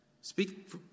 Speak